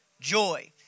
joy